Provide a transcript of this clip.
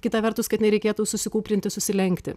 kita vertus kad nereikėtų susikūprinti susilenkti